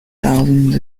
thousands